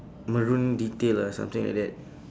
maroon detail ah something like that